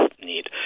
need